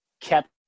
kept